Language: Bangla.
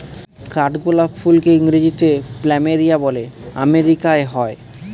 কাঠগোলাপ ফুলকে ইংরেজিতে প্ল্যামেরিয়া বলে আমেরিকায় হয়